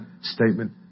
statement